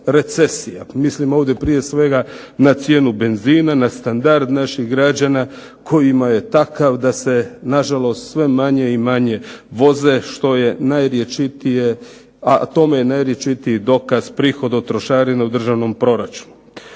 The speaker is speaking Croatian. recesija. Mislim ovdje prije svega na cijenu benzina, na standard naših građana kojima je takav da se na žalost sve manje i manje voze, što je najrječitije, o tome je najrječitiji dokaz prihod od trošarina u državnom proračunu.